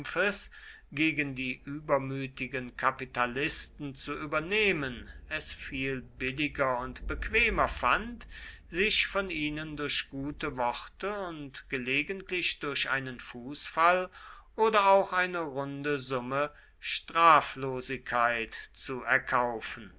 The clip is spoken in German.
gegen die übermütigen kapitalisten zu übernehmen es viel billiger und bequemer fand sich von ihnen durch gute worte und gelegentlich durch einen fußfall oder auch eine runde summe straflosigkeit zu erkaufen